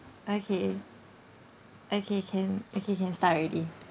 okay okay can okay can start already